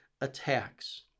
attacks